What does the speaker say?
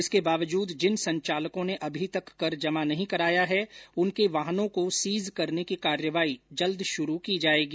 इसके बावजूद जिन संचालकों ने अभी तक कर जमा नहीं कराया है उनके वाहनों को सीज करने की कार्यवाही जल्द शुरू की जायेगी